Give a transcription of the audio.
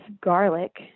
garlic